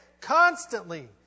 constantly